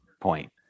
point